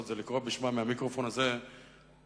זה לקרוא בשמם מהמיקרופון הזה לבלינקוב,